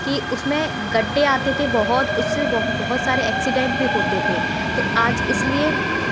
कि उसमें गड्ढे आते थे बहुत उससे बहुत सारे एक्सीडेंट भी होते थे तो आज इसलिए